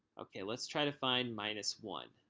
ok, let's try to find minus one.